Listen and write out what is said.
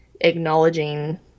acknowledging